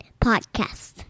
Podcast